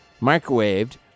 microwaved